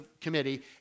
committee